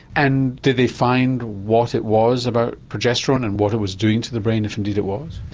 and did they find what it was about progesterone and what it was doing to the brain if indeed it was?